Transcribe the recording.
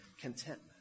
contentment